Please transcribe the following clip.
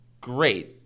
great